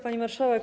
Pani Marszałek!